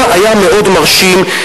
היה מאוד מרשים,